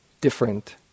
different